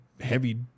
heavy